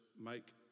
make